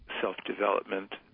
self-development